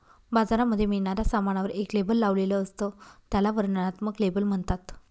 बाजारामध्ये मिळणाऱ्या सामानावर एक लेबल लावलेले असत, त्याला वर्णनात्मक लेबल म्हणतात